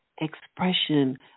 expression